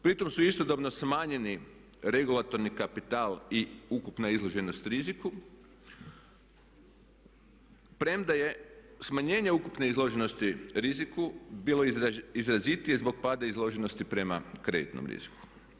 Pritom su istodobno smanjeni regulatorni kapital i ukupna izloženost riziku premda je smanjene ukupne izloženosti riziku bilo izrazitije zbog pada izloženosti prema kreditnom riziku.